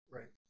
Right